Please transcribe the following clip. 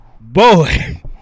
boy